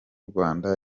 rwanda